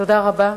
תודה רבה.